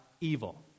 evil